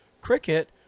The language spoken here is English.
Cricket